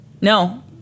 no